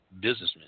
businessmen